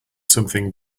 something